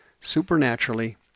supernaturally